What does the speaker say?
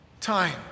time